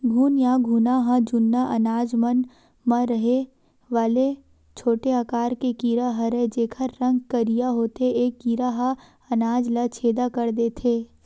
घुन या घुना ह जुन्ना अनाज मन म रहें वाले छोटे आकार के कीरा हरयए जेकर रंग करिया होथे ए कीरा ह अनाज ल छेंदा कर देथे